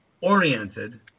oriented